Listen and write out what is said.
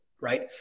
right